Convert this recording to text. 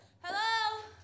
Hello